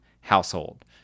household